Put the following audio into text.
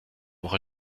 woche